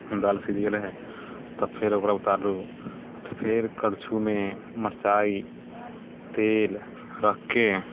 दालि सीझ गेल हइ तब फेर ओकरा उतारू तऽ फेर करछुमे मरचाइ तेल राखि के